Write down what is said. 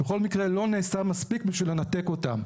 בכל מקרה לא נעשה מספיק בשביל לנתק אותם.